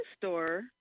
store